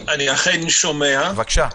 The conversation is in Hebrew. בבקשה.